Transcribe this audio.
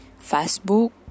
Facebook